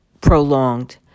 prolonged